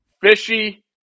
Fishy